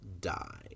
die